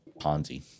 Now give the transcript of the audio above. Ponzi